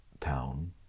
town